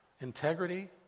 integrity